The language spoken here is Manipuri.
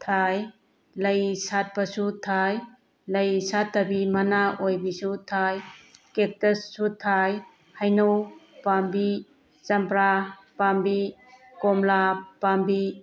ꯊꯥꯏ ꯂꯩ ꯁꯥꯠꯄꯁꯨ ꯊꯥꯏ ꯂꯩ ꯁꯥꯠꯇꯕꯤ ꯃꯅꯥ ꯑꯣꯏꯕꯤꯁꯨ ꯊꯥꯏ ꯀꯦꯛꯇꯁꯁꯨ ꯊꯥꯏ ꯍꯩꯅꯧ ꯄꯥꯝꯕꯤ ꯆꯝꯄ꯭ꯔꯥ ꯄꯥꯝꯕꯤ ꯀꯣꯝꯂꯥ ꯄꯥꯝꯕꯤ